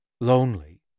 Lonely